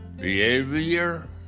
Behavior